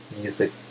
music